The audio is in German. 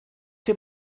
für